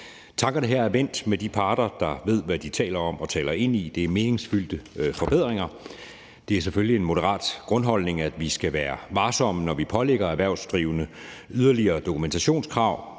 Tankerne her er vendt med de parter, der ved, hvad de taler om og taler ind i. Det er meningsfyldte forbedringer. Det er selvfølgelig en moderat grundholdning, at vi skal være varsomme, når vi pålægger erhvervsdrivende yderligere dokumentationskrav.